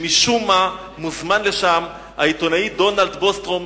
שמשום מה מוזמן לשם העיתונאי דונלד בוסטרום,